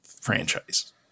franchise